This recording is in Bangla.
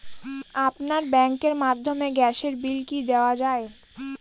আপনার ব্যাংকের মাধ্যমে গ্যাসের বিল কি দেওয়া য়ায়?